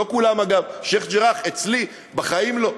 לא כולן, אגב, שיח'-ג'ראח אצלי בחיים לא,